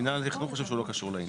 מינהל התכנון חושב שהוא לא קשור לעניין.